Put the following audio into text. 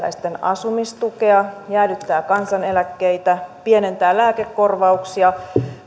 asumistukea jäädyttää kansaneläkkeitä pienentää lääkekorvauksia